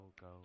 go